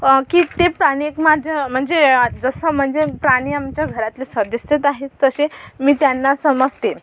की ते प्राणी माझं म्हणजे जसं म्हणजे प्राणी आमच्या घरातले सदस्यच आहे तसे मी त्यांना समजते